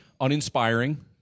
uninspiring